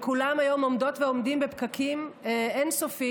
כולם היום עומדות ועומדים בפקקים אי-סופיים,